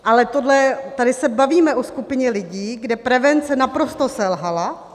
Ale tohle, tady se bavíme o skupině lidí, kde prevence naprosto selhala.